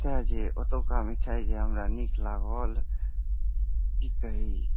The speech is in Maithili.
ओतुका मिठाइ जे हमरा नीक लागल की कही